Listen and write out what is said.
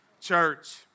church